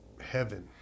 heaven